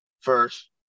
First